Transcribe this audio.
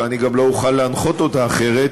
ואני גם לא אוכל להנחות אותה אחרת,